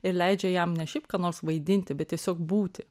ir leidžia jam ne šiaip ką nors vaidinti bet tiesiog būti